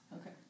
Okay